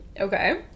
Okay